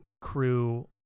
crew